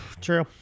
True